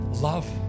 love